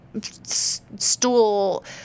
stool